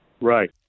Right